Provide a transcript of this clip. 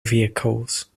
vehicles